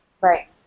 right